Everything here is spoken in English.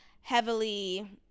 heavily